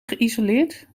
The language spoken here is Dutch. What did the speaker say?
geïsoleerd